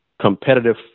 competitive